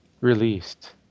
Released